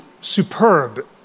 superb